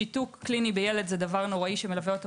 שיתוק קליני בילד זה דבר נוראי שמלווה אותו